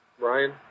Ryan